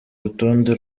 rutonde